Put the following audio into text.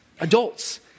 adults